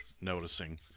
noticing